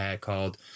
called